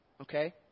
Okay